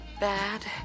bad